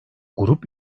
grup